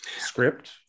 script